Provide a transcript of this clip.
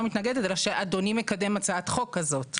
מתנגדת אלא שאדוני מקדם הצעת חוק כזאת.